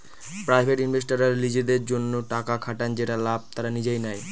private ইনভেস্টররা নিজেদের জন্য টাকা খাটান যেটার লাভ তারা নিজেই নেয়